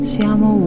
Siamo